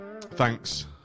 thanks